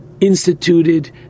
instituted